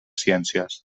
ciències